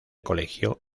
colegio